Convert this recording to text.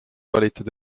valitud